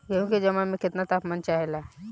गेहू की जमाव में केतना तापमान चाहेला?